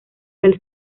del